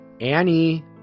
Annie